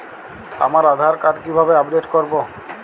আমার আধার কার্ড কিভাবে আপডেট করব?